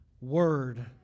word